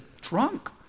drunk